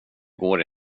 går